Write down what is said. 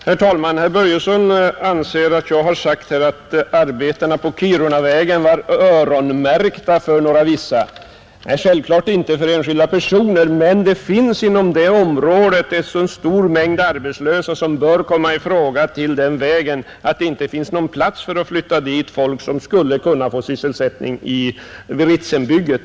Herr talman! Herr Börjesson i Glömminge anser att jag har sagt att arbetena på Kirunavägen var öronmärkta för några vissa. Nej, självklart inte för enskilda personer, men det är inom detta område en så stor mängd arbetslösa som bör komma i fråga för arbetet med vägen, att det inte finns någon plats för att flytta dit människor som skulle kunna få sysselsättning vid Ritsembygget.